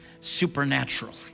supernatural